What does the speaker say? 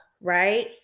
right